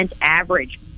average